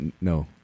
no